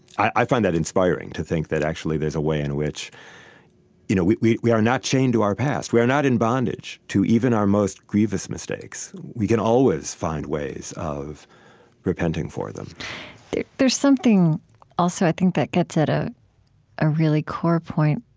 i find that inspiring to think that actually there's a way in which you know we we are not chained to our past. we are not in bondage to even our most grievous mistakes. we can always find ways of repenting for them there's something also, i think, that gets at ah a really core point